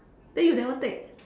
then you never take